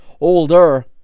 older